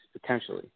potentially